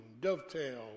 dovetail